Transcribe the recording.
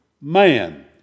man